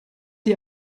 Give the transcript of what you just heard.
ihr